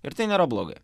ir tai nėra blogai